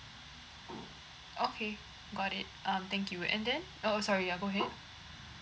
okay got it um thank you and then oh oh sorry ya go ahead